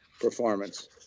performance